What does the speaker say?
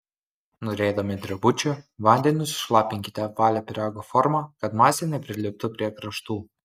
norėdami drebučių vandeniu sušlapinkite apvalią pyrago formą kad masė nepriliptų prie kraštų